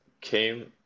came